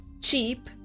cheap